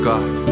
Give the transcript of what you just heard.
God